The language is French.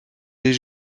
les